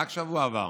רק בשבוע עבר,